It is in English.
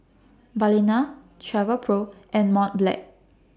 Balina Travelpro and Mont Blanc